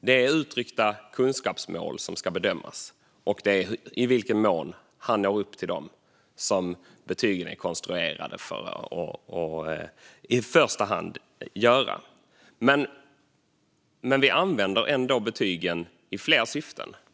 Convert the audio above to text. Det är uttryckta kunskapsmål som ska bedömas, och det är i vilken mån han når upp till dem som betygen i första hand är konstruerade för att visa. Men vi använder ändå betygen i fler syften.